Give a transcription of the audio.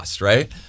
Right